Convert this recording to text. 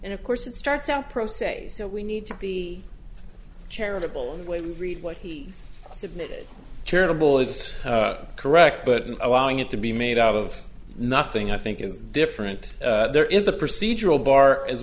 and of course it starts out pro se so we need to be charitable and way we read what he submitted charitable as correct but in allowing it to be made out of nothing i think is different there is a procedural bar as